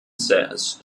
says